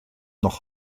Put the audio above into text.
noch